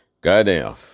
Goddamn